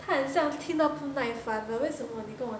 她很像听到不耐烦了为什么你跟我